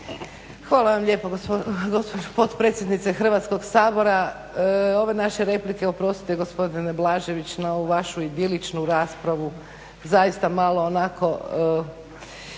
Hvala vam lijepo gospođo potpredsjednice Hrvatskoga sabora. Ove naše replike, oprostite gospodine Blažević na ovu vašu idiličnu raspravu, zaista malo onako